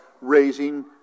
raising